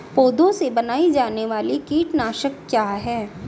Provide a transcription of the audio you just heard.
पौधों से बनाई जाने वाली कीटनाशक क्या है?